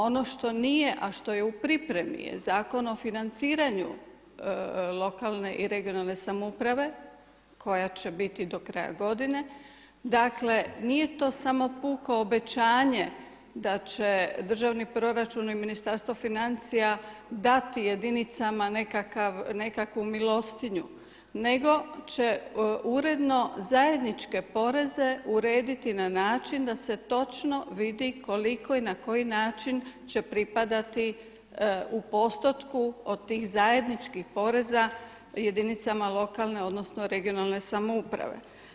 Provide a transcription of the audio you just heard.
Ono što nije a što je u pripremi je Zakon o financiranju lokalne i regionalne samouprave koja će biti do kraja godine, dakle nije to samo puko obećanje da će državni proračun i ministarstvo financija dati jedinicama nekakvu milostinju nego će uredno zajedničke poreze urediti na način da se točno vidi koliko i na koji način će pripadati u postotku od tih zajedničkih poreza jedinicama lokalne odnosno regionalne samouprave.